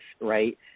right